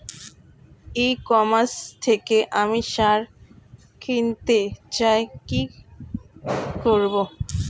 ই commerce থেকে আমি সার কিনতে চাই কি করব?